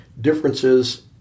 differences